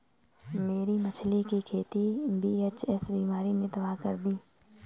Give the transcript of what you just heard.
मेरी मछली की खेती वी.एच.एस बीमारी ने तबाह कर दी